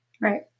Right